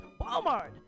Walmart